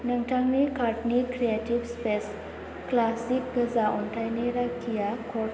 नोंथांनि कार्टनि creative space classic गोजा अन्थाइनि राखिआ कर्ड